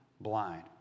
blind